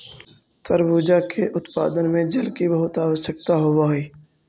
तरबूजा के उत्पादन में जल की बहुत आवश्यकता होवअ हई